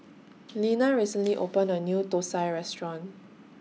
Leanna recently opened A New Thosai Restaurant